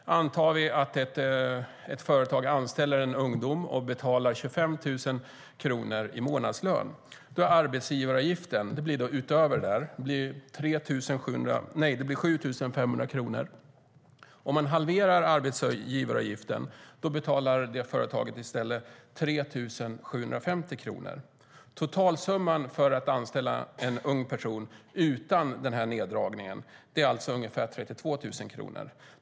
Antar man att ett företag anställer en ungdom och betalar 25 000 kronor i månadslön blir arbetsgivaravgiften 7 500 kronor. Om arbetsgivaravgiften halveras betalar arbetsgivaren i stället 3 750 kronor. Totalsumman för att anställa en ung person, utan neddragningen, är alltså ungefär 32 000 kronor.